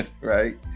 right